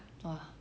!wah!